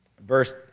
Verse